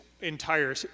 entire